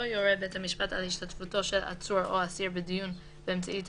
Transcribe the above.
לא יורה בית המשפט על השתתפותו של עצור או אסיר בדיון באמצעי טכנולוגי,